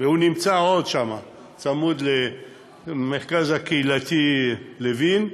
והוא עדיין נמצא שם, צמוד למרכז הקהילתי לוין,